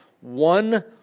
one